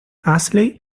ashley